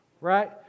right